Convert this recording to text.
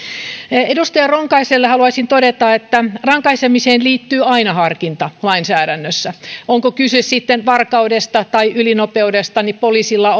edustaja ronkaiselle haluaisin todeta että rankaisemiseen liittyy aina harkinta lainsäädännössä on kyse sitten varkaudesta tai ylinopeudesta niin poliisilla